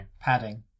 Padding